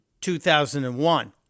2001